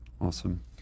Awesome